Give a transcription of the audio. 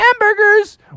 hamburgers